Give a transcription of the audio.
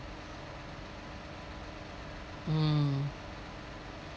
mm